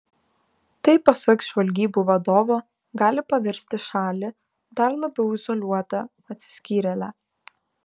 tai pasak žvalgybų vadovo gali paversti šalį dar labiau izoliuota atsiskyrėle